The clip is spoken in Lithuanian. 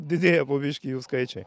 didėja po biškį jų skaičiai